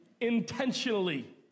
Intentionally